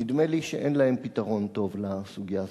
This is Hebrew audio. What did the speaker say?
נדמה לי שאין להם פתרון טוב לסוגיה הזאת.